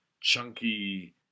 chunky